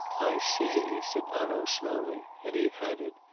i see, said hanaud slowly and he added,